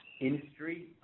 industry